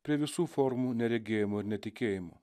prie visų formų neregėjimo ir netikėjimo